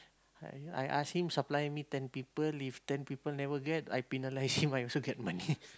I I ask him supply me ten people if ten people never get I penalise him I also get money